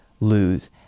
lose